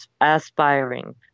aspiring